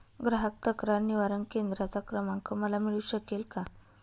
ग्राहक तक्रार निवारण केंद्राचा क्रमांक मला मिळू शकेल का?